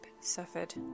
suffered